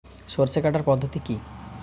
সরষে কাটার পদ্ধতি কি?